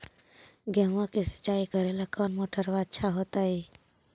गेहुआ के सिंचाई करेला कौन मोटरबा अच्छा होतई?